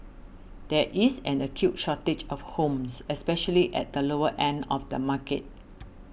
there is an acute shortage of homes especially at the lower end of the market